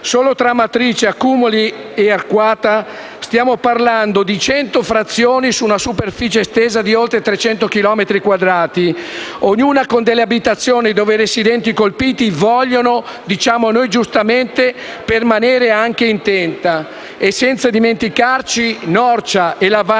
Solo tra Amatrice, Accumoli e Arquata stiamo parlando di 100 frazioni su una superficie estesa di oltre 350 chilometri quadrati, ognuna con delle abitazioni dove i residenti colpiti vogliono - diciamo noi giustamente - permanere anche in tenda. Non ci dimentichiamo, inoltre,